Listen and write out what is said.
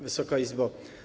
Wysoka Izbo!